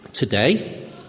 Today